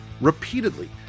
repeatedly